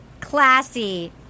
classy